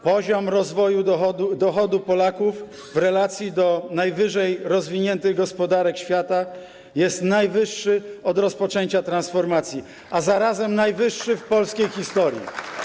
Poziom rozwoju dochodu Polaków w relacji do najwyżej rozwiniętych gospodarek świata jest najwyższy od rozpoczęcia transformacji, a zarazem najwyższy w polskiej historii.